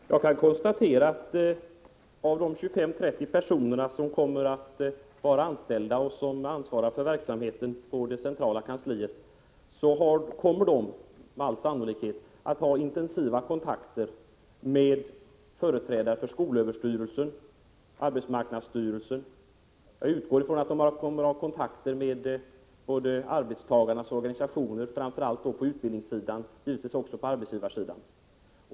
Herr talman! Jag kan konstatera att de 25-30 personer som kommer att vara anställda och ansvara för verksamheten inom det centrala kansliet med all sannolikhet kommer att ha intensiva kontakter med företrädare för skolöverstyrelsen och arbetsmarknadsstyrelsen. Jag utgår också ifrån att de kommer att ha kontakter med både arbetstagarnas organisationer, framför allt på utbildningssidan, och arbetsgivarsidan.